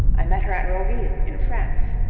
i met her at roville, in france.